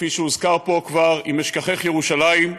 כפי שהוזכר פה כבר: "אם אשכחך ירושלים";